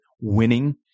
winning